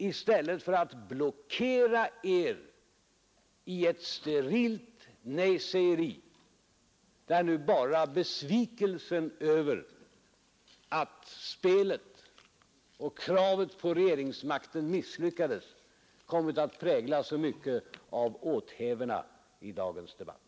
I stället har ni blockerat er i ett sterilt nejsägeri, och besvikelsen över att spelet om regeringsmakten misslyckats har kommit att prägla mycket av åthävorna i dagens debatt.